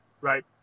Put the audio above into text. Right